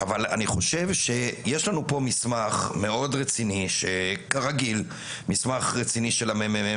יש לנו פה מסמך מאוד רציני של מרכז המחקר והמידע,